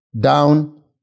down